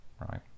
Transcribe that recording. right